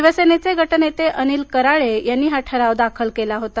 शिवसेनेचे गटनेते अनिल कराळे यांनी ठराव दाखल केला होता